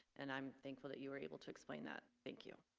and i'm thankful that you were able to explain that. thank you